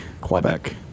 Quebec